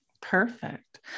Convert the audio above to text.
perfect